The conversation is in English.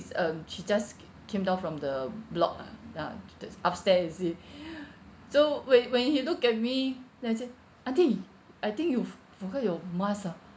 um she just came down from the block ah ah that's upstairs you see so when when he look at me then I said aunty I think you've forgot you mask ah